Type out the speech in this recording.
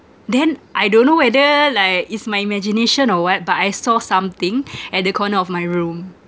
then I don't know whether like is my imagination or what but I saw something at the corner of my room